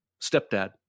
Stepdad